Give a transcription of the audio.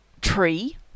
tree